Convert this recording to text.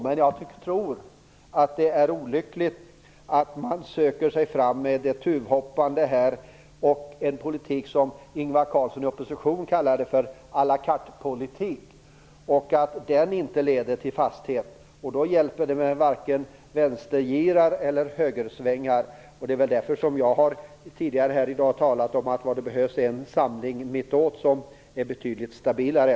Men jag tror att det är olyckligt att man söker sig fram genom ett tuvhoppande och en politik som Ingvar Carlsson i opposition betecknade som à la carte-politik. Den politiken leder inte till fasthet, och då hjälper det varken med vänstergirar eller högersvängar. Det är därför som jag tidigare sagt att det behövs en samling mot mitten som är betydligt stabilare.